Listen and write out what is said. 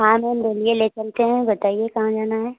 हाँ मैम बोलिए ले चलते हैं बताइए कहाँ जाना है